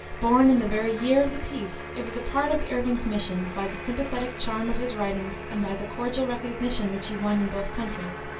born in the very year of the peace, it was a part of irving's mission, by the sympathetic charm of his writings and by the cordial recognition which he won in both countries,